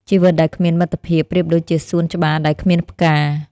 ជីវិតដែលគ្មានមិត្តភាព ប្រៀបដូចជាសួនច្បារដែលគ្មានផ្កា។